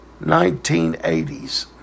1980s